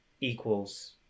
equals